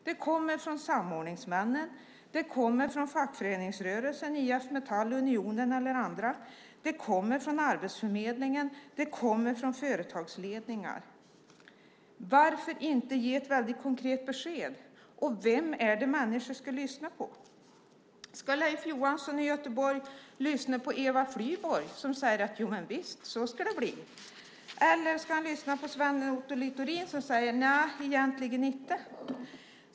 Det kommer från samordningsmän, fackföreningsrörelse - IF Metall, Unionen och andra - arbetsförmedling och företagsledningar. Varför inte ge ett konkret besked? Vem är det människor ska lyssna på? Ska Leif Johansson i Göteborg lyssna på Eva Flyborg som säger: Jovisst, så ska det bli? Eller ska han lyssna på Sven Otto Littorin som säger: Nja, egentligen inte?